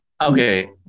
Okay